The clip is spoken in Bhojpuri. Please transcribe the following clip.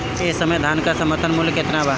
एह समय धान क समर्थन मूल्य केतना बा?